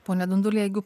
pone dunduli jeigu